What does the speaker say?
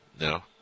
No